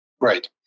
Right